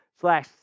slash